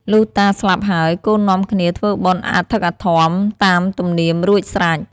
លុះតាស្លាប់ហើយ កូនក៏នាំគ្នាធ្វើបុណ្យអធិកអធមតាមទំនៀមរួច ស្រេច។